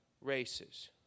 races